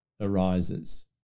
arises